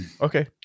Okay